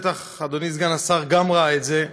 בטח גם אדוני סגן השר ראה את זה,